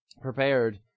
prepared